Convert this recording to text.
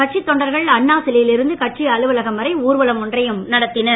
கட்சித் தொண்டர்கள் அண்ணாசிலையில் இருந்து கட்சி அலுவலகம் வரை ஊர்வலம் ஒன்றையும் நடத்தினர்